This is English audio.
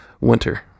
Winter